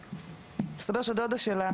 מסתבר שדודה שלה